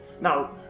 Now